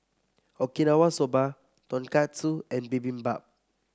Okinawa Soba Tonkatsu and Bibimbap